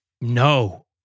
No